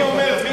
מי אומר?